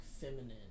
feminine